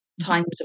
times